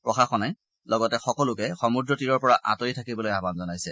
প্ৰশাসনে লগতে সকলোকে সমূদ্ৰতীৰৰ পৰা আঁতৰি থাকিবলৈ আয়ন জনাইছে